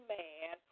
man